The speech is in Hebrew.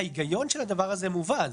ההיגיון של הדבר הזה מובן,